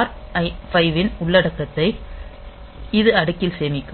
R5 இன் உள்ளடக்கத்தை இது அடுக்கில் சேமிக்கும்